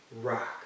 rock